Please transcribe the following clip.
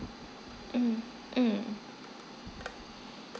mm mm